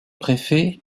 préfets